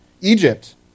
Egypt